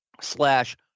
slash